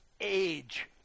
age